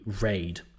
raid